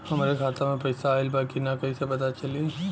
हमरे खाता में पैसा ऑइल बा कि ना कैसे पता चली?